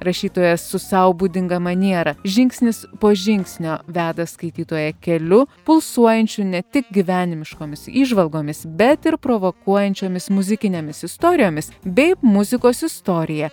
rašytojas su sau būdinga maniera žingsnis po žingsnio veda skaitytoją keliu pulsuojančiu ne tik gyvenimiškomis įžvalgomis bet ir provokuojančiomis muzikinėmis istorijomis bei muzikos istorija